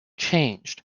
changed